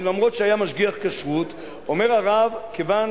שלמרות שהיה משגיח כשרות הרב אומר: כיוון